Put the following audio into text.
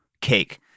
cake